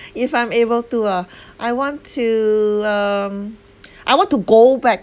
if I'm able to ah I want to um I want to go back